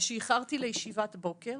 על שאיחרתי לישיבת בוקר